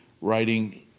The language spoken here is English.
writing